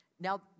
Now